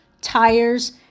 tires